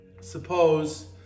suppose